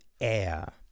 air